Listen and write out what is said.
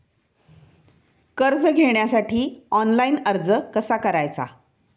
कर्ज घेण्यासाठी ऑनलाइन अर्ज कसा करायचा?